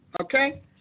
Okay